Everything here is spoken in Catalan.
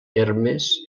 hermes